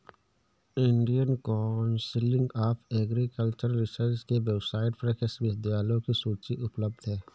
Indian council of agricultural research के website पर कृषि विश्वविद्यालयों की सूची उपलब्ध है